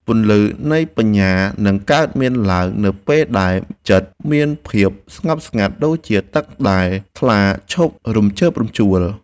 ពន្លឺនៃបញ្ញានឹងកើតមានឡើងនៅពេលដែលចិត្តមានភាពស្ងប់ស្ងាត់ដូចជាទឹកដែលថ្លាឈប់រំជើបរំជួល។